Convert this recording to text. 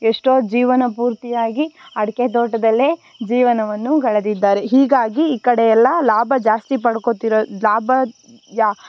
ಎಷ್ಟೊ ಜೀವನ ಪೂರ್ತಿಯಾಗಿ ಅಡಿಕೆ ತೋಟದಲ್ಲೇ ಜೀವನವನ್ನು ಕಳೆದಿದ್ದಾರೆ ಹೀಗಾಗಿ ಈ ಕಡೆ ಎಲ್ಲ ಲಾಭ ಜಾಸ್ತಿ ಪಡ್ಕೊತಿರೊ ಲಾಭ ಲಾ